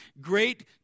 great